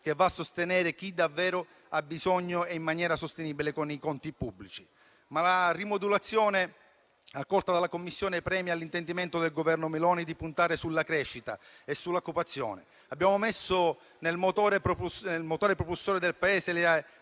che va a sostenere chi davvero ha bisogno e in maniera sostenibile con i conti pubblici. La rimodulazione accolta dalla Commissione premia l'intendimento del Governo Meloni di puntare sulla crescita e sull'occupazione. Abbiamo messo nel motore propulsione del Paese le